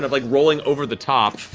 like rolling over the top,